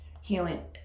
Healing